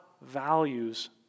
values